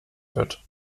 wird